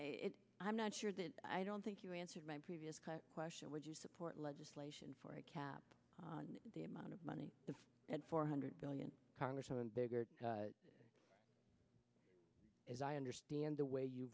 and i'm not sure that i don't think you answered my previous question would you support legislation for a cap on the amount of money and four hundred billion congressman bigger as i understand the way you